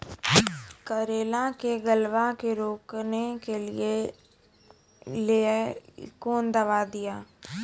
करेला के गलवा के रोकने के लिए ली कौन दवा दिया?